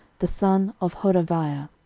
the son of hodaviah,